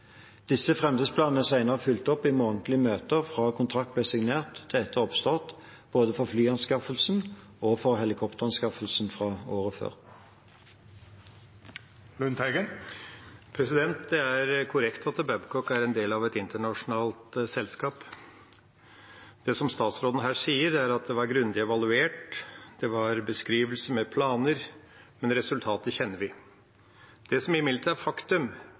Disse framdriftsplanene er senere fulgt opp i månedlige møter fra kontrakt ble signert til etter oppstart, både for flyanskaffelsen og for helikopteranskaffelsen fra året før. Det er korrekt at Babcock er en del av et internasjonalt selskap. Det statsråden her sier, er at det var grundig evaluert, det var beskrivelse med planer – men resultatet kjenner vi. Det som imidlertid er et faktum,